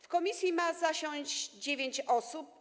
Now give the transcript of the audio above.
W komisji ma zasiąść dziewięć osób.